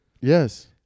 Yes